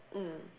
mm